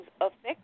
affect